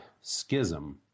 Schism